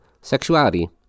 Sexuality